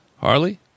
Harley